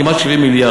כמעט 70 מיליארד,